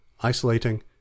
isolating